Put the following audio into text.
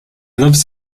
lives